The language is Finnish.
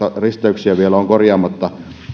risteyksiä vielä on korjaamatta